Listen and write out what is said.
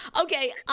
Okay